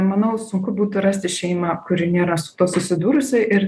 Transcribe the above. manau sunku būtų rasti šeimą kuri nėra su tuo susidūrusi ir